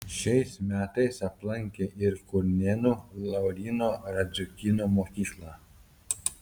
šiais metais aplankė ir kurnėnų lauryno radziukyno mokyklą